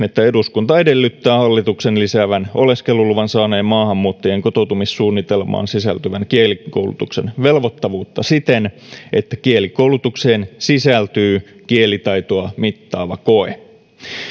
että eduskunta edellyttää hallituksen lisäävän oleskeluluvan saaneen maahanmuuttajan kotoutumissuunnitelmaan sisältyvän kielikoulutuksen velvoittavuutta siten että kielikoulutukseen sisältyy kielitaitoa mittaava koe